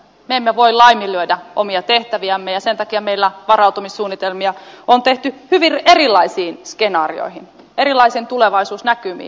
me emme voi laiminlyödä omia tehtäviämme ja sen takia meillä varautumissuunnitelmia on tehty hyvin erilaisiin skenaarioihin erilaisiin tulevaisuusnäkymiin